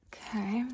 Okay